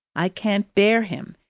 i can't bear him.